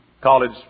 college